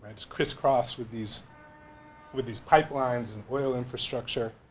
it's crisscross with these with these pipelines and oil infrastructure.